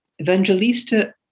Evangelista